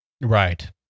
Right